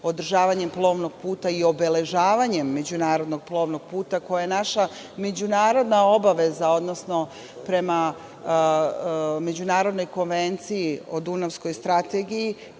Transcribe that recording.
održavanjem plovnog puta i obeležavanjem međunarodnog plovnog puta koji je naša međunarodna obaveza, odnosno prema Međunarodnoj konvenciji o Dunavskoj strategiji,